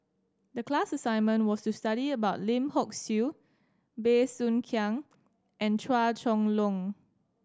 the class assignment was to study about Lim Hock Siew Bey Soo Khiang and Chua Chong Long